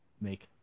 make